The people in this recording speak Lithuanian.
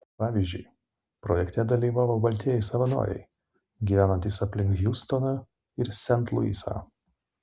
pavyzdžiui projekte dalyvavo baltieji savanoriai gyvenantys aplink hjustoną ir sent luisą